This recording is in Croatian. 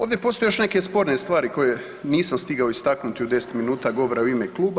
Ovdje postoje još neke sporne stvari koje nisam stigao istaknuti u 10 minuta govora u ime kluba.